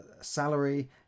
salary